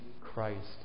Christ